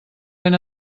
ben